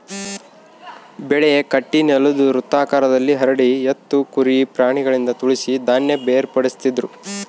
ಬೆಳೆ ಗಟ್ಟಿನೆಲುದ್ ವೃತ್ತಾಕಾರದಲ್ಲಿ ಹರಡಿ ಎತ್ತು ಕುರಿ ಪ್ರಾಣಿಗಳಿಂದ ತುಳಿಸಿ ಧಾನ್ಯ ಬೇರ್ಪಡಿಸ್ತಿದ್ರು